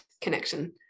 connection